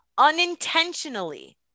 unintentionally